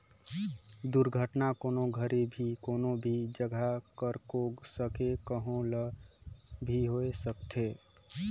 दुरघटना, कोनो घरी भी, कोनो भी जघा, ककरो संघे, कहो ल भी होए सकथे